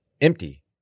Empty